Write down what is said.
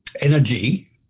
energy